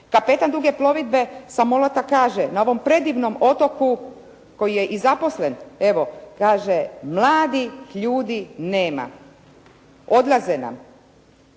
Kapetan duge plovidbe sa Molata kaže: «Na ovom predivnom otoku» koji je i zaposlen evo kaže: «Mladih ljudi nema. Odlaze nam.